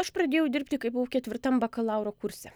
aš pradėjau dirbti kai buvau ketvirtam bakalauro kurse